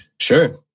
Sure